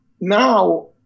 now